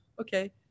okay